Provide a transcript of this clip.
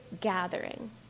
gathering